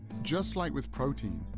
just like with protein,